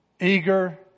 Eager